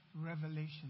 revelation